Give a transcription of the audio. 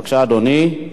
בבקשה, אדוני.